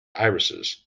irises